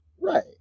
Right